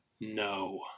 No